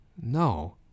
No